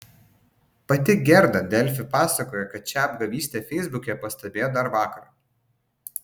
pati gerda delfi pasakojo kad šią apgavystę feisbuke pastebėjo dar vakar